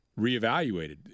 reevaluated